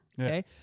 okay